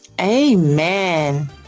Amen